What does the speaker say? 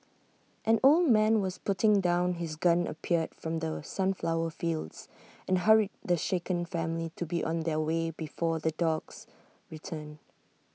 an old man who was putting down his gun appeared from the sunflower fields and hurried the shaken family to be on their way before the dogs return